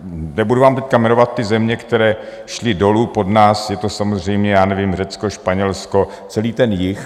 Nebudu vám teď jmenovat ty země, které šly dolů pod nás, je to samozřejmě, já nevím, Řecko, Španělsko, celý ten jih.